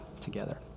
together